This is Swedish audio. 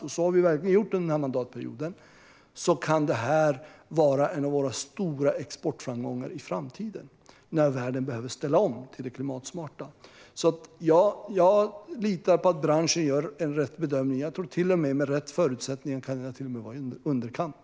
Det har vi verkligen gjort under denna mandatperiod. Då kan detta vara en av våra stora exportframgångar i framtiden när världen behöver ställa om till det klimatsmarta. Jag litar på att branschen gör rätt bedömning. Med rätt förutsättningar tror jag till och med att den kan vara i underkant.